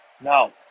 Now